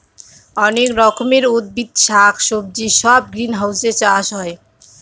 অনেক রকমের উদ্ভিদ শাক সবজি সব গ্রিনহাউসে চাষ হয়